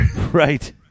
Right